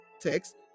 text